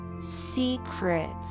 Secrets